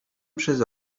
przez